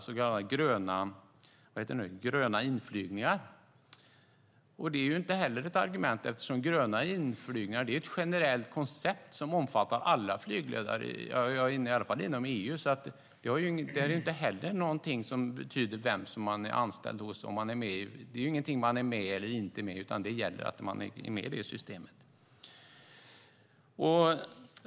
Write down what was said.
Det argumentet håller inte heller, eftersom gröna inflygningar är ett generellt koncept som omfattar alla flygledare inom EU. Det är inte någonting som man är med i eller inte är med i, utan det gäller att man är med i det systemet.